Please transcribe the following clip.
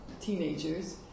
teenagers